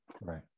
Right